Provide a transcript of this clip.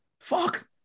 fuck